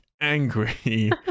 angry